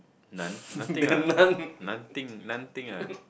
Nun nothing ah nun thing nun thing ah